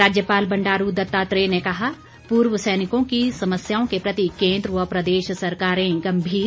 राज्यपाल बंडारू दत्तात्रेय ने कहा पूर्व सैनिकों की समस्याओं के प्रति केन्द्र व प्रदेश सरकारें गंभीर